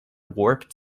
warped